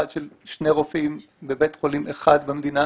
של שני רופאים בבית חולים אחד במדינה,